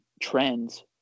trends